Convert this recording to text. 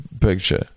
picture